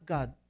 God